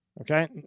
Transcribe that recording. Okay